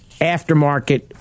aftermarket